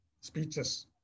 speeches